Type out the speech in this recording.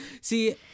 see